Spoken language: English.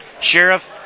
Sheriff